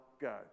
go